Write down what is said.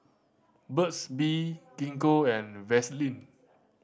Burt's Bee Gingko and Vaselin